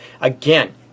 Again